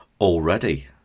already